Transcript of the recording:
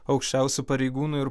aukščiausių pareigūnų ir